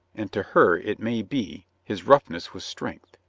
and to her, it may be, his roughness was strength.